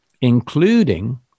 including